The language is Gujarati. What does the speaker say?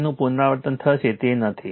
તેથી પુનરાવર્તન થશે તે નથી